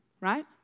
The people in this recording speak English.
right